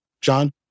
John